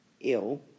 ill